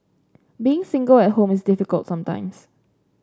being single at home is difficult sometimes